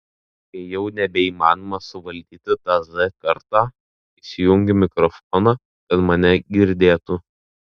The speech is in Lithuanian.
kai jau nebeįmanoma suvaldyti tą z kartą įsijungiu mikrofoną kad mane girdėtų